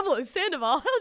Sandoval